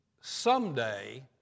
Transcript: someday